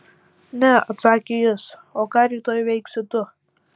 ne atsakė jis o ką rytoj veiksi tu